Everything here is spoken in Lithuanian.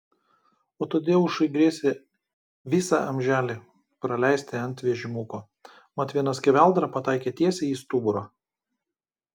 o tadeušui grėsė visą amželį praleisti ant vežimuko mat viena skeveldra pataikė tiesiai į stuburą